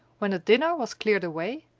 when the dinner was cleared away,